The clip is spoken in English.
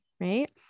right